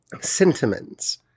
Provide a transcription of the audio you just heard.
sentiments